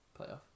playoff